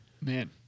Man